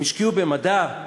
הם השקיעו במדע?